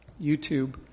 YouTube